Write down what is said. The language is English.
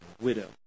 widow